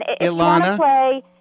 Ilana